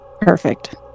Perfect